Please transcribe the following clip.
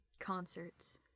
Concerts